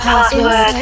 Password